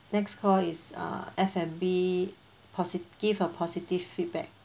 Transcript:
next call is uh F&B positive give a positive feedback